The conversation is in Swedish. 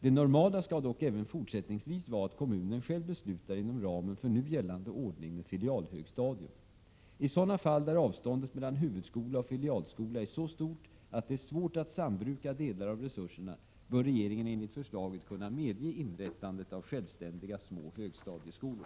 Det normala skall dock även fortsättningsvis vara att kommunen själv beslutar inom ramen för nu gällande ordning med filialhögstadium. I sådana fall där avståndet mellan huvudskola och filialskola är så stort att det är svårt att sambruka delar av resurserna bör regeringen enligt förslaget kunna medge inrättande av självständiga små högstadieskolor.